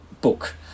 book